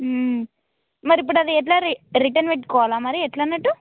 మరి ఇప్పుడు అది ఎట్లా ర రిటర్న్ పెట్టుకోవాలా మరి ఎట్ల అన్నట్టు